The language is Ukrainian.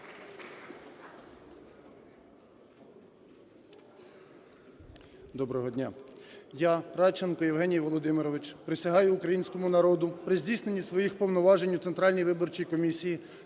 Доброго дня. Я, Радченко Євген Володимирович, присягаю українському народу при здійсненні своїх повноважень у Центральній виборчій комісії